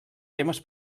temes